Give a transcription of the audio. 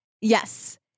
Yes